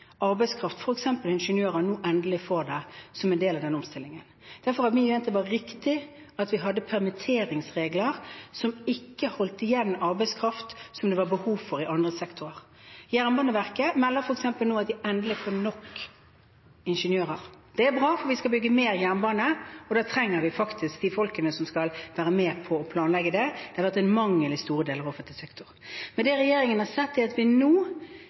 arbeidskraft, f.eks. ingeniører, nå endelig får det som en del av omstillingen. Derfor har vi ment det var riktig at vi hadde permitteringsregler som ikke holdt igjen arbeidskraft som det var behov for i andre sektorer. Jernbaneverket melder f.eks. nå at de endelig får nok ingeniører. Det er bra, for vi skal bygge mer jernbane, og da trenger vi faktisk de folkene som skal være med på å planlegge det. Det har vært en mangel i store deler av offentlig sektor. Det regjeringen har sett, er at vi nå,